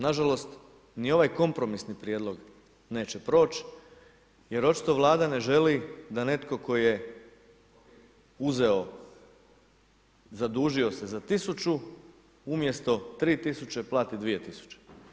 Nažalost, ni ovaj kompromisni prijedlog neće proći jer očito Vlada ne želi da netko tko je uzeo, zadužio se za tisuću umjesto 3 tisuće, plati 2 tisuće.